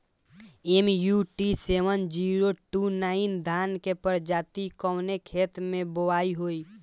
MUT seven zero two nine धान के प्रजाति कवने खेत मै बोआई होई?